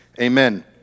Amen